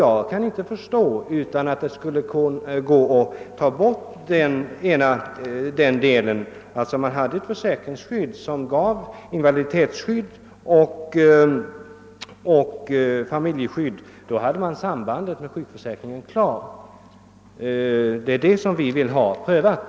Jag kan inte förstå annat än att det skulle kunna gå att inrätta en försäkring för företagarna som ger dem invaliditetsskydd och familjeskydd. Därmed skulle sambandet med sjukförsäkringen finnas kvar. Det är detta vi vill ha prövat.